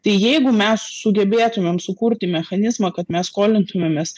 tai jeigu mes sugebėtumėm sukurti mechanizmą kad mes skolintumėmės